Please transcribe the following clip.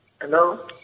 Hello